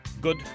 good